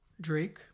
Drake